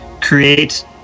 create